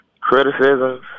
Criticisms